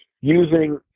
using